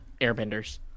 airbenders